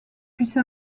puisse